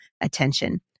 attention